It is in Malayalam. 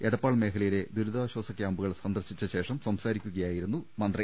എട പ്പാൾ മേഖലയിലെ ദുരിതാശ്വാസ ക്യാമ്പൂകൾ സന്ദർശിച്ച ശേഷം സംസാരിക്കുകയായിരുന്നു മന്ത്രി